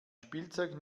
spielzeug